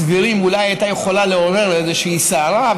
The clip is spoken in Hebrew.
אולי הייתה יכולה לעורר איזושהי סערה,